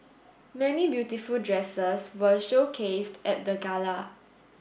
many beautiful dresses were showcased at the gala